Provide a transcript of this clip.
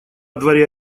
дворе